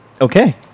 Okay